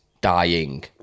dying